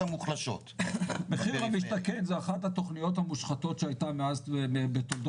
השנים ההיצע לא מדביק את הביקוש ושתהליך התכנון לוקח כל כך הרבה